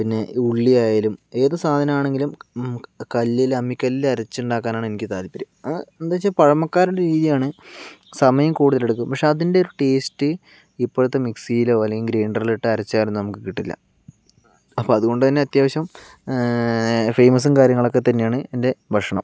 പിന്നെ ഉള്ളി ആയാലും ഏത് സാധനം ആണെങ്കിലും നമുക്ക് കല്ലിൽ അമ്മിക്കല്ലിൽ അരച്ച് ഉണ്ടാക്കാനാണ് എനിക്ക് താല്പര്യം അത് എന്ന് വെച്ചാൽ പഴമക്കാരുടെ രീതിയാണ് സമയം കൂടുതലെടുക്കും പക്ഷേ അതിൻ്റെ ഒരു ടേസ്റ്റ് ഇപ്പോഴത്തെ മിക്സിയിലോ അല്ലെങ്കിൽ ഗ്രൈൻഡറിലോ ഇട്ട് അരച്ചാൽ നമുക്ക് കിട്ടില്ല അപ്പോൾ അത് കൊണ്ട് തന്നെ അത്യാവശ്യം ഫേമസും കാര്യങ്ങളൊക്കെ തന്നെയാണ് എൻ്റെ ഭക്ഷണം